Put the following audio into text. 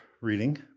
reading